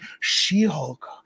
She-Hulk